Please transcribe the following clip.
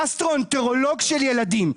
גסטרואנטרולוג של ילדים,